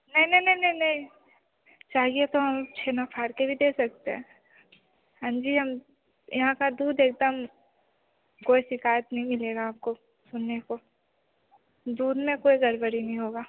नहीं नहीं नहीं नहीं नहीं चाहिए तो हम छीनो फाड़ के भी दे सकते हैं हाँ जी हम यहाँ का दूध ऐसा मिल कोई शिकायत नहीं मिलेगा आपको सुनने को दूध में कोई गड़बड़ी नहीं होगा